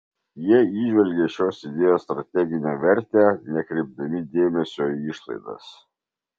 jie įžvelgė šios idėjos strateginę vertę nekreipdami dėmesio į išlaidas